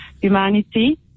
humanity